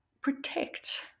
protect